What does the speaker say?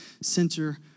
center